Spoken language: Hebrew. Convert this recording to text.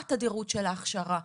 מהי תדירות ההכשרה,